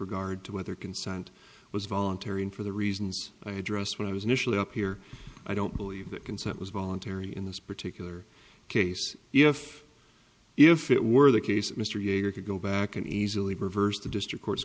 regard to whether consent was voluntary and for the reasons i addressed when i was initially up here i don't believe that consent was voluntary in this particular case if if it were the case mr yeager could go back and easily reversed the district cour